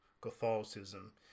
catholicism